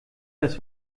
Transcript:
das